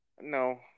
No